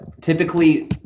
Typically